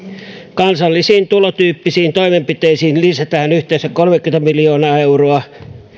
kansallisiin tulotukityyppisiin toimenpiteisiin lisätään yhteensä kolmekymmentä miljoonaa euroa